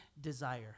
desire